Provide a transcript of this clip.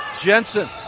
Jensen